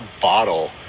bottle